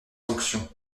sanctions